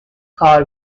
کار